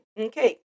Okay